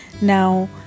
now